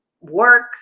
work